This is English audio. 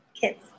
Kids